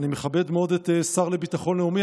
אני מכבד מאוד את השר לביטחון לאומי,